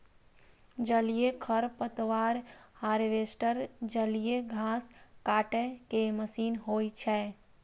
जलीय खरपतवार हार्वेस्टर जलीय घास काटै के मशीन होइ छै